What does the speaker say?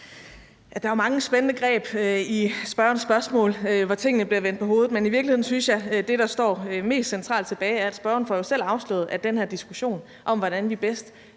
Der er jo mange spændende greb i spørgerens spørgsmål, hvor tingene bliver vendt på hovedet, men i virkeligheden synes jeg, at det, der står mest centralt tilbage, er, at spørgeren jo selv får afsløret, at den her diskussion om, hvordan vi bedst